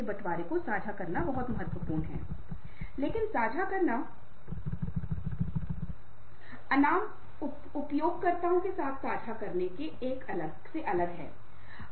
क्योंकि किसी के पास उस समय की विलासिता नहीं है इसलिए वे दूसरों के साथ बंधन स्थापित करते हैं जिनके सात लक्ष्यों को प्राप्त किया जा सकता है